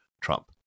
Trump